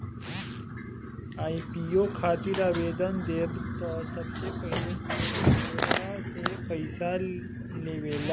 IPO खातिर आवेदन देबऽ त सबसे पहिले उ तोहरा से पइसा लेबेला